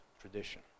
tradition